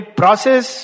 process